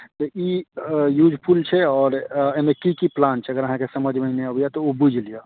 तऽ ई यूजफुल छै आओर एहिमे की की प्लान छै अगर अहाँकेँ समझमे नहि अबैए तऽ ओ बुझि लिअ